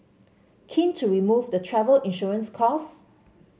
keen to remove the travel insurance costs